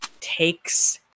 takes